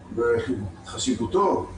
וחשיבותו,